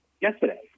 yesterday